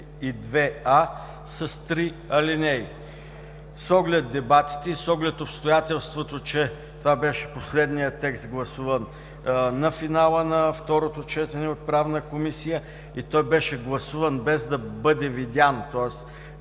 442а с три алинеи. С оглед дебатите и с оглед обстоятелството, че това беше последният текст, гласуван на финала на второто четене в Правната комисия и беше гласуван, без да бъде видян, тоест